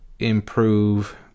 Improve